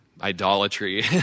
idolatry